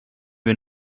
wir